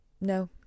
No